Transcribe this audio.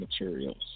materials